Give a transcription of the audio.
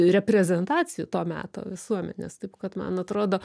reprezentacijų to meto visuomenės taip kad man atrodo